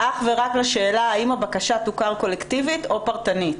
רק לשאלה האם הבקשה תוכר קולקטיבית או פרטנית?